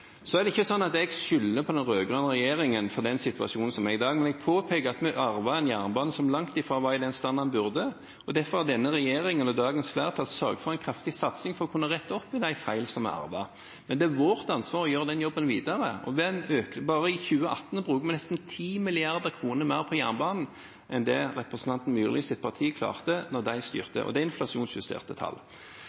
Så er det ikke slik at jeg skylder på den rød-grønne regjeringen for den situasjonen som er i dag, men jeg påpeker at vi har arvet en jernbane som langt ifra var i den stand den burde. Derfor har denne regjeringen og dagens flertall sørget for en kraftig satsing for å kunne rette opp i de feilene som vi arvet. Men det er vårt ansvar å gjøre den jobben videre – og bare i 2018 bruker vi nesten 10 mrd. kr mer på jernbanen enn det representanten Myrlis parti klarte da de styrte, og det er inflasjonsjusterte tall.